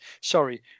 sorry